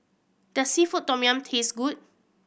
does seafood tom yum taste good